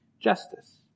justice